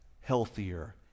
healthier